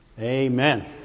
Amen